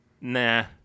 Nah